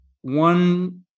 one